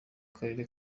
karere